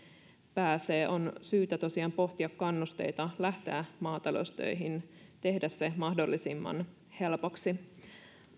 pääsee on syytä tosiaan pohtia kannusteita lähteä maataloustöihin tehdä se mahdollisimman helpoksi